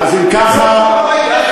זה ראוי מאוד.